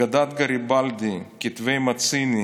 "אגדת גריבלדי, כתבי מציני,